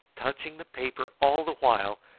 touching the paper all the while,